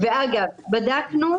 אז אל תפחידו אותנו.